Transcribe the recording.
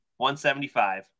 175